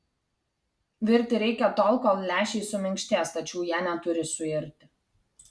virti reikia tol kol lęšiai suminkštės tačiau jie neturi suirti